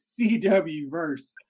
CW-verse